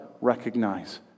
recognize